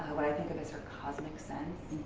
what i think of as her cosmic sense.